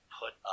put